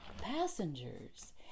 passengers